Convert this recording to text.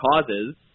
causes